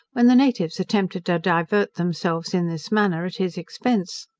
when the natives attempted to divert themselves in this manner at his expense.